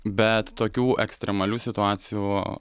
bet tokių ekstremalių situacijų